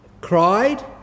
cried